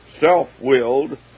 self-willed